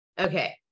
Okay